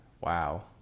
wow